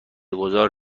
گذار